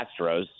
Astros